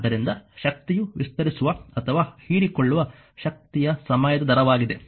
ಆದ್ದರಿಂದ ಶಕ್ತಿಯು ವಿಸ್ತರಿಸುವ ಅಥವಾ ಹೀರಿಕೊಳ್ಳುವ ಶಕ್ತಿಯ ಸಮಯದ ದರವಾಗಿದೆ